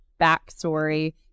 backstory